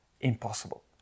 impossible